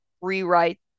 rewrite